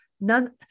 none